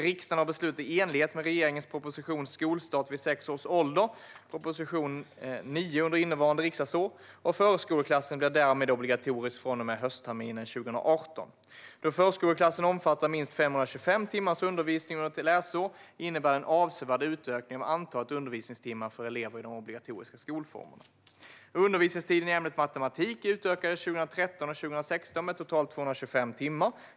Riksdagen har beslutat i enlighet med regeringens proposition Skolstart vid sex års ålder , och förskoleklassen blir därmed obligatorisk från och med höstterminen 2018. Då förskoleklassen omfattar minst 525 timmars undervisning under ett läsår innebär det en avsevärd utökning av antalet undervisningstimmar för elever i de obligatoriska skolformerna. Undervisningstiden i ämnet matematik utökades 2013 och 2016 med totalt 225 timmar.